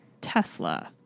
Tesla